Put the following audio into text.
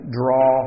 draw